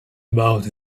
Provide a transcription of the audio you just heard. about